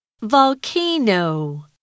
Volcano